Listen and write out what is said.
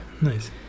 nice